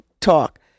talk